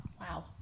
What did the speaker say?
Wow